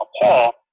Paul